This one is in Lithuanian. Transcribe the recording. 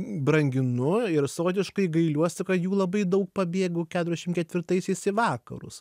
branginu ir savotiškai gailiuosi kad jų labai daug pabėgo keturiasdešim ketvirtaisiais į vakarus